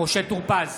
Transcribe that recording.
משה טור פז,